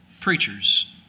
preachers